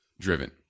driven